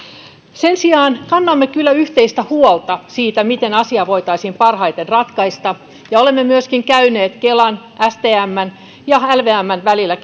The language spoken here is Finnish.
sen sijaan kannamme kyllä yhteistä huolta siitä miten asia voitaisiin parhaiten ratkaista olemme myöskin käyneet kelan stmn ja lvmn välillä